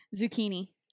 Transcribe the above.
Zucchini